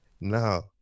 Now